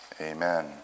Amen